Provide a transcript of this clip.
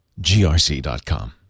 GRC.com